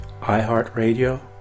iHeartRadio